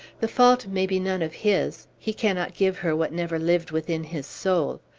the fault may be none of his he cannot give her what never lived within his soul.